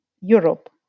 Europe